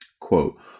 Quote